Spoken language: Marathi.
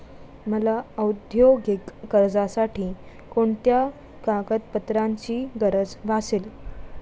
मला औद्योगिक कर्जासाठी कोणत्या कागदपत्रांची गरज भासेल?